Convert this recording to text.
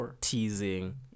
teasing